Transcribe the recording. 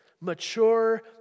mature